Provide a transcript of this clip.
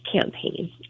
campaign